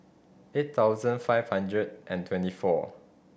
eight thousand five hundred and twenty four